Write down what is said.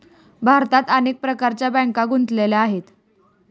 भारतात अनेक प्रकारच्या बँका गुंतलेल्या आहेत